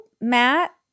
Matt